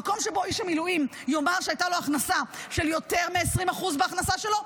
במקום שבו איש המילואים יאמר שהייתה לו הכנסה של יותר מ-20% בהכנסה שלו,